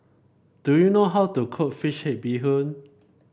do you know how to cook fish head Bee Hoon